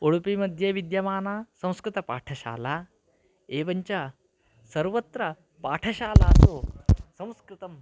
उडुपिमध्ये विद्यमाना संस्कृतपाठशाला एवं च सर्वत्र पाठशालासु संस्कृतम्